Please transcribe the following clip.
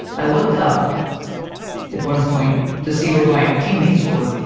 i looked up at one point, to see where my teammates were,